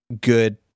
good